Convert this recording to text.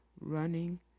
running